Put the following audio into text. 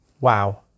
Wow